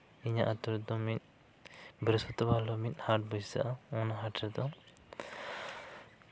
ᱤᱧᱟᱹᱜ ᱟᱹᱛᱩ ᱨᱮᱫᱚ ᱢᱤᱫ ᱵᱨᱤᱦᱚᱥᱯᱚᱛᱤᱵᱟᱨ ᱦᱤᱞᱳᱜ ᱢᱤᱫ ᱦᱟᱴ ᱵᱟᱹᱭᱥᱟᱹᱜᱼᱟ ᱚᱱᱟ ᱦᱟᱴ ᱨᱮᱫᱚ